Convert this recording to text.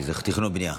כי זה תכנון ובנייה.